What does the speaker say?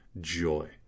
joy